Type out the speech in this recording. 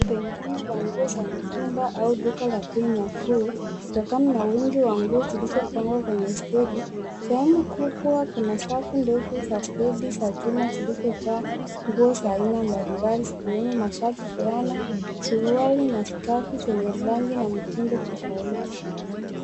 Duka pengine la nguo za mitumba au duka la bei nafuu bei nafuu kutokana na wingi wa nguo zilizopangwa kwenye stendi. Sehemu kubwa kuna safu ndefu za stendi za chuma zilizojaa nguo za aina mbalimbali zikiwemo mashati, fulana, suruali na skafu zenye rangi na mitindo tofauti.